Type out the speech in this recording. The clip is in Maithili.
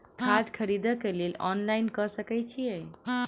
खाद खरीदे केँ लेल ऑनलाइन कऽ सकय छीयै?